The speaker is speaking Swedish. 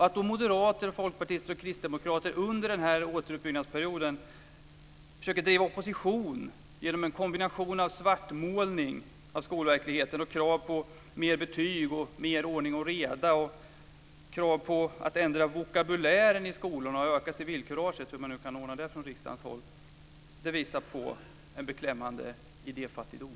Att då moderater, folkpartister och kristdemokrater under denna återuppbyggnadsperiod försöker driva opposition genom en kombination av svartmålning av skolverkligheten och krav på mer betyg, mer ordning och reda, ändrad vokabulär i skolorna och ökat civilkurage - hur man nu kan ordna det från riksdagens håll - visar på en beklämmande idéfattigdom.